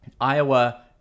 Iowa